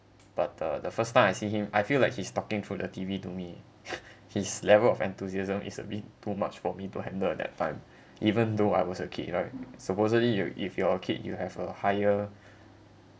but the the first time I see him I feel like he's talking through the T_V to me his level of enthusiasm is a bit too much for me to handle at that time even though I was a kid right supposedly you if you are a kid you have a higher